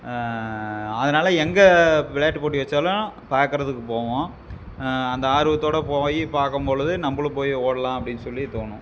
அதனாலே எங்கே விளையாட்டு போட்டி வைச்சாலும் பார்க்கறதுக்கு போவோம் அந்த ஆர்வத்தோடு போய் பார்க்கம் பொழுது நம்பளும் போய் ஓடலாம் அப்படினு சொல்லி தோணும்